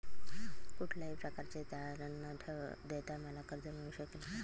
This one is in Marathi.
कुठल्याही प्रकारचे तारण न देता मला कर्ज मिळू शकेल काय?